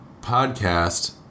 podcast